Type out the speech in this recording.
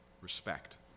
Respect